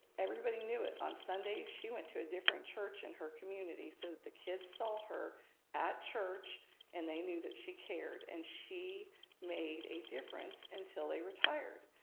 everybody knew it, on sundays she went to a different church in her community so that the kids saw her at church and they knew that she cared. and she made a difference until they retired.